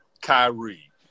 Kyrie